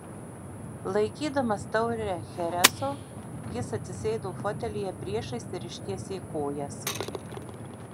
laikydamas taurę chereso jis atsisėdo fotelyje priešais ir ištiesė kojas